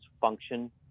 function